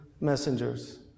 messengers